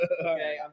Okay